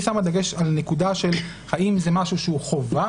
היא שמה דגש על נקודה של האם זה משהו שהוא חובה?